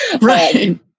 Right